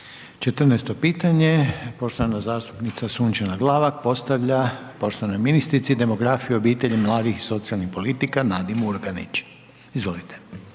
14. pitanje, poštovana zastupnica Sunčana Glavak, postavlja poštovanoj ministrici demografije, obitelji i mladih i socijalnih politika, Nadi Murganić, izvolite.